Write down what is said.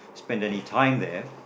spend any time there